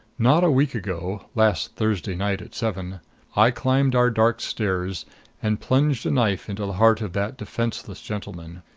not a week ago last thursday night at seven i climbed our dark stairs and plunged a knife into the heart of that defenseless gentleman.